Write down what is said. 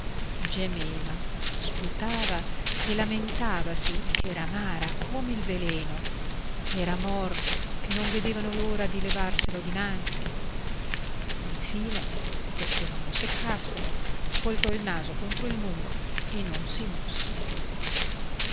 gemeva sputava e lamentavasi ch'era amara come il veleno ch'era morto che non vedevano l'ora di levarselo dinanzi infine perché non lo seccassero voltò il naso contro il muro e non si mosse più